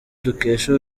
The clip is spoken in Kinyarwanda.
dukesha